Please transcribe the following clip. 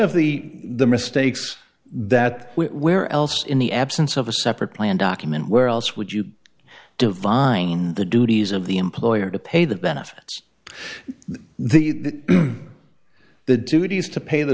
of the the mistakes that where else in the absence of a separate plan document where else would you divine the duties of the employer to pay the benefits the the duties to pay the